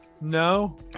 No